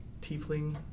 Tiefling